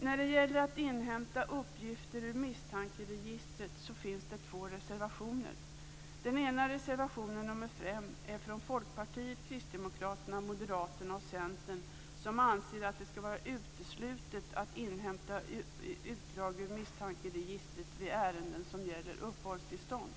När det gäller att inhämta uppgifter ur misstankeregister finns det två reservationer. Kristdemokraterna, Moderaterna och Centern. De anser att det ska vara uteslutet att inhämta utdrag ur misstankeregistret vid ärenden som gäller uppehållstillstånd.